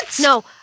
No